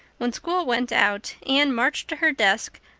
when school went out anne marched to her desk,